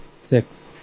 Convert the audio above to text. Six